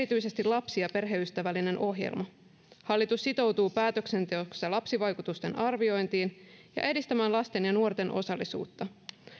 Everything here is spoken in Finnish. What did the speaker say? erityisesti lapsi ja perheystävällinen ohjelma hallitus sitoutuu päätöksenteossa lapsivaikutusten arviointiin ja edistämään lasten ja nuorten osallisuutta